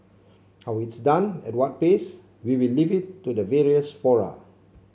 how it's done at what pace we will leave it to the various fora